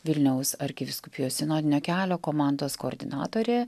vilniaus arkivyskupijos sinodinio kelio komandos koordinatorė